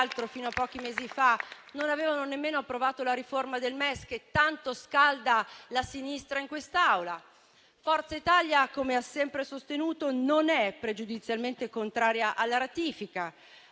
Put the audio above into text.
Forza Italia - come ha sempre sostenuto - non è pregiudizialmente contraria alla ratifica,